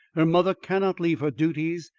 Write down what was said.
her mother cannot leave her duties,